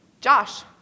Josh